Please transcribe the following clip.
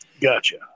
Gotcha